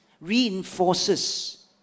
reinforces